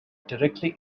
directly